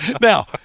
Now